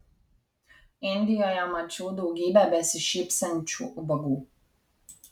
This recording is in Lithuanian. indijoje mačiau daugybę besišypsančių ubagų